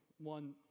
one